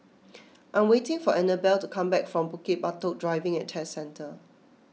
I am waiting for Annabel to come back from Bukit Batok Driving and Test Centre